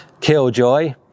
killjoy